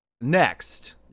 Next